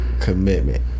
commitment